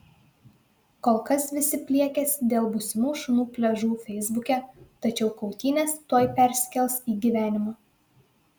kol kas visi pliekiasi dėl būsimų šunų pliažų feisbuke tačiau kautynės tuoj persikels į gyvenimą